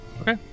okay